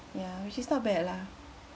ya which is not bad lah